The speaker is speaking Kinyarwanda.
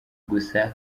gusa